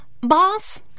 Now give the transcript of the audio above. Boss